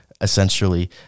Essentially